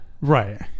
Right